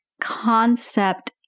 concept